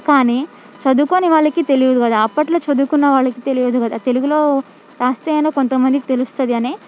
కానీ చదువుకోని వాళ్ళకి తెలియదు కదా అప్పట్లో చదువుకున్న వాళ్ళకి తెలియదు కద తెలుగులో రాస్తేన కొంతమందికి తెలుస్తుంది అనే